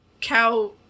cow